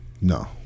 No